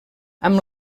amb